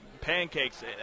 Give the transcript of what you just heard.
pancakes